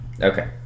Okay